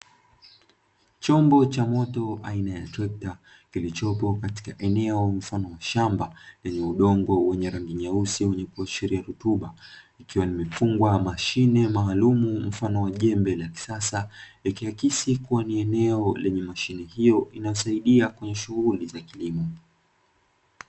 Chombo cha moto aina ya trekta kilichopo katika eneo mfano wa shamba lenye udongo wenye rangi nyeusi wenye kuashiria rotuba, likiwa limefungwa mashine maalumu mfano wa jembe la kisasa, ikiakisi kuwa ni eneo lenye mashine hiyo inayosaidia kwenye shughuli za kilimo.